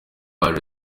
haje